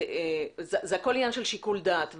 זה הכול עניין של שיקול דעת.